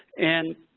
and,